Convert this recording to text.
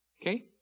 Okay